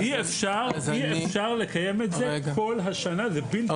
אי-אפשר לקיים את זה כל השנה, זה בלתי אפשרי.